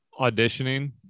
auditioning